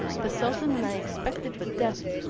the sultan and i expected but death,